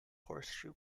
horseshoe